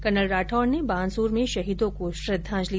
colonel Rathore ने बानसूर में शहीदो को श्रद्धांजलि दी